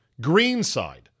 Greenside